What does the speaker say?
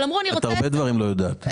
הרבה דברים את לא יודעת.